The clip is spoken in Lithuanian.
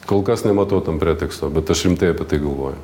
kol kas nematau tam preteksto bet aš rimtai apie tai galvoju